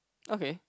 okay